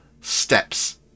steps